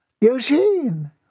Eugene